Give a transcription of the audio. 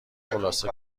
خلاصه